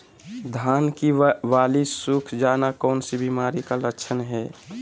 धान की बाली सुख जाना कौन सी बीमारी का लक्षण है?